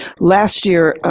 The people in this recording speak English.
last year,